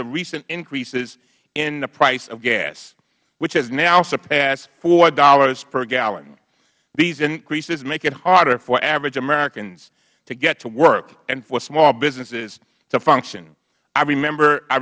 of recent increases in the price of gas which has now surpassed four dollars per gallon these increases make it harder for average americans to get to work and for small businesses to function i rememberh i